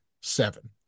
seven